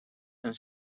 and